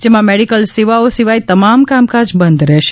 જેમાં મેડિકલ સેવાઓ સિવાયના તમામ કામકાજ બંધ રહેશે